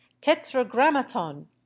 tetragrammaton